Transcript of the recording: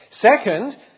Second